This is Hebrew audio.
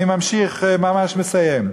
אני ממשיך, ממש מסיים: